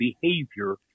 behavior